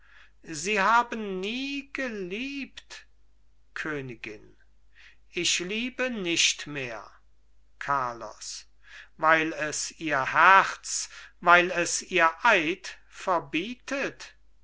sie haben nie geliebt königin ich liebe nicht mehr carlos weil es ihr herz weil es ihr eid verbietet